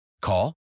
Call